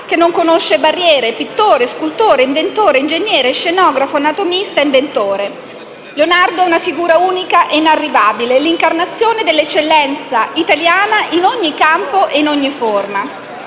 che non conosce barriere: pittore, scultore, inventore, ingegnere, scenografo, anatomista. Leonardo è una figura unica e inarrivabile: l'incarnazione dell'eccellenza italiana in ogni campo e in ogni forma.